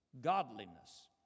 godliness